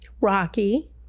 Rocky